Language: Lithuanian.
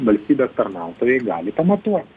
valstybės tarnautojai gali pamatuot